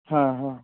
हा हा